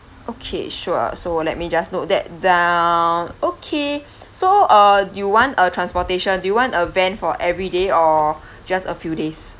okay sure so let me just note that down okay so uh you want a transportation do you want a van for everyday or just a few days